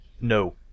no